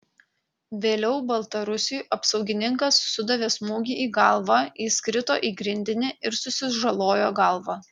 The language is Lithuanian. vėliau baltarusiui apsaugininkas sudavė smūgį į galvą jis krito į grindinį ir susižalojo galvą